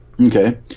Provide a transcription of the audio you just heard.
okay